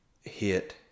hit